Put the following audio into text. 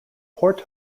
port